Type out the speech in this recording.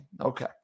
Okay